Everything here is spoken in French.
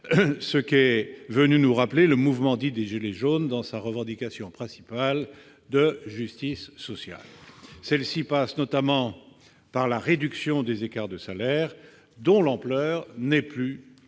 comme sont venus nous le rappeler le mouvement dit des « gilets jaunes » et sa revendication principale de justice sociale. Celle-ci passe, notamment, par la réduction des écarts de salaires, dont l'ampleur n'est plus admissible